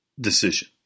decision